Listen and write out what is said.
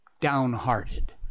downhearted